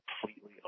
completely